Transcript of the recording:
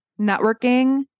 networking